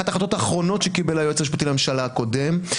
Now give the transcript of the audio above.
אחת ההחלטות האחרונות שקיבל היועץ המשפטי לממשלה הקודם.